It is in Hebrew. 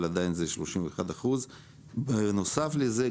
אבל זה 31%. נוסף לזה,